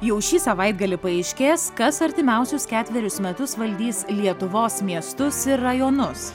jau šį savaitgalį paaiškės kas artimiausius ketverius metus valdys lietuvos miestus ir rajonus